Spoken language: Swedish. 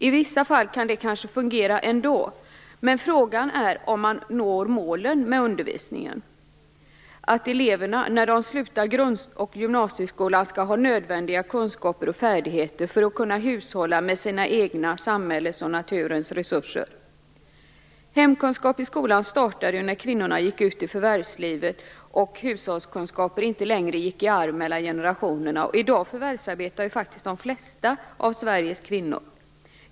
I vissa fall kan det kanske fungera ändå, men frågan är om man uppnår målet med undervisningen. Målet är att alla elever när de slutar grund och gymnasieskolan skall ha de nödvändiga kunskaper och färdigheter som krävs för att de skall kunna hushålla med sina egna, samhällets och naturens resurser. Hemkunskapen i skolan startade när kvinnorna gick ut i förvärvslivet och hushållskunskaper inte längre gick i arv mellan generationerna. I dag förvärvsarbetar ju faktiskt de flesta av Sveriges kvinnor.